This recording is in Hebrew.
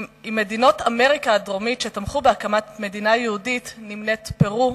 עם מדינות אמריקה הדרומית שתמכו בהקמת מדינה יהודית נמנית פרו,